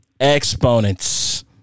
Exponents